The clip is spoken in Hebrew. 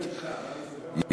מה זה,